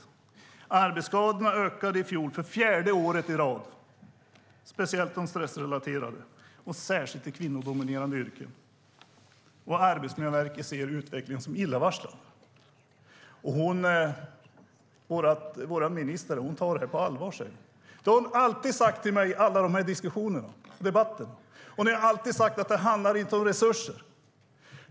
Där skriver man: "Arbetsskadorna ökade i fjol för fjärde året i rad - speciellt de stressrelaterade och särskilt i kvinnodominerade yrken. Arbetsmiljöverket ser utvecklingen som illavarslande." Vår minister tar detta på allvar, säger hon. Det har hon alltid sagt till mig i dessa debatter. Hon har alltid sagt att det inte handlar om resurser.